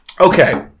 Okay